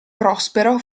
prospero